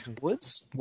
Woods